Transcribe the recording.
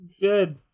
Good